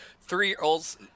three-year-olds